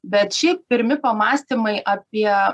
bet šiaip pirmi pamąstymai apie